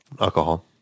alcohol